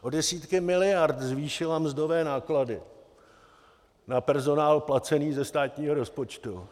O desítky miliard zvýšila mzdové náklady na personál placený ze státního rozpočtu.